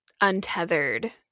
untethered